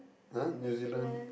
!huh! New-Zealand